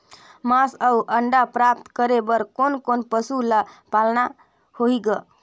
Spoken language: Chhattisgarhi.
मांस अउ अंडा प्राप्त करे बर कोन कोन पशु ल पालना होही ग?